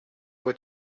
what